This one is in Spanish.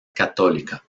católica